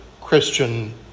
Christian